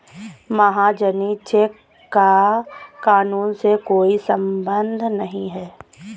महाजनी चेक का कानून से कोई संबंध नहीं है